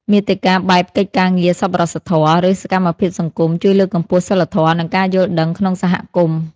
មាតិកាបែបកិច្ចការងារសប្បុរសធម៌ ឬសកម្មភាពសង្គម ជួយលើកកម្ពស់សីលធម៌ និងការយល់ដឹងក្នុងសហគមន៍។